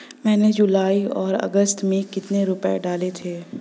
मैंने जुलाई और अगस्त में कितने रुपये डाले थे?